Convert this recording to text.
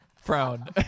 frown